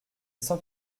cent